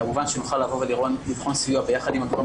כמובן שנוכל לבחון סיוע ביחד עם הגורם